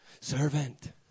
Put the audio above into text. Servant